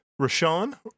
Rashawn